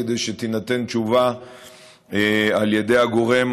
כדי שתינתן תשובה על ידי הגורם